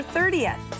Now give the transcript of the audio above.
30th